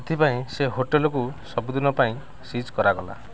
ସେଥିପାଇଁ ସେ ହୋଟେଲ୍କୁ ସବୁଦିନ ପାଇଁ ସିଜ୍ କରାଗଲା